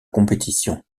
compétition